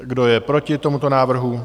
Kdo je proti tomuto návrhu?